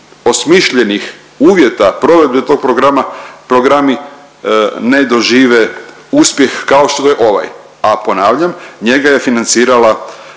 neosmišljenih uvjeta provedbe tog programa, programi ne dožive uspjeh kao što je ovaj, a ponavljam njega je financirala